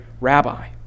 rabbi